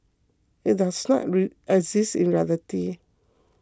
it does not exist in reality